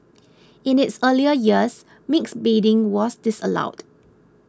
in its earlier years mixed bathing was disallowed